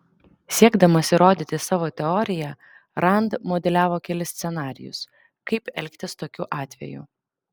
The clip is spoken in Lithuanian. siekdamas įrodyti savo teoriją rand modeliavo kelis scenarijus kaip elgtis tokiu atveju